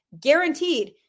Guaranteed